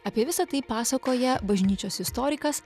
apie visa tai pasakoja bažnyčios istorikas